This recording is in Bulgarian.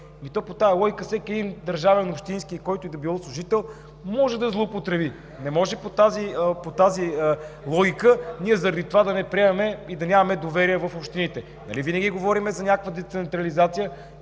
По тази логика всеки държавен, общински и който и да било служител може да злоупотреби. Не може по тази логика ние заради това да не приемем и да нямаме доверие в общините. Нали винаги говорим за някаква децентрализация?